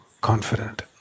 confident